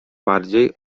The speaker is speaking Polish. bardziej